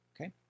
okay